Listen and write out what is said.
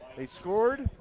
they scored